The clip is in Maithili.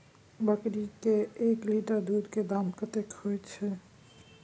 बकरी के एक लीटर दूध के दाम कतेक होय छै?